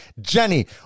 Jenny